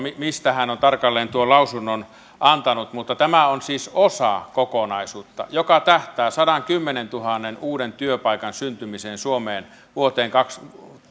mistä hän on tarkalleen tuon lausunnon antanut mutta tämä on siis osa kokonaisuutta joka tähtää sadankymmenentuhannen uuden työpaikan syntymiseen suomeen vuoteen